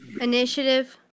initiative